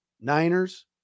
Niners